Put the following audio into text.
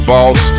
Boss